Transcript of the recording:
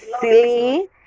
silly